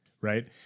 Right